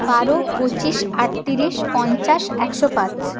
বারো পঁচিশ আটত্রিশ পঞ্চাশ একশো পাঁচ